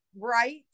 right